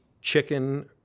chicken